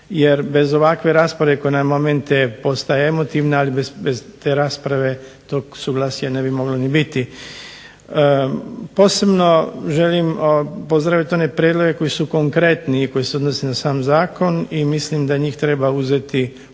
jer bez ovakve rasprave koje na momente postaje emotivna, ali bez te rasprave tog suglasja ne bi moglo ni biti. Posebno želim pozdraviti one prijedloge koji su konkretni i koji se odnose na sam zakon i mislim da njih treba uzeti u